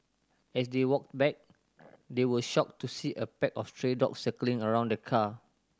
as they walked back they were shocked to see a pack of stray dogs circling around the car